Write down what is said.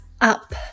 up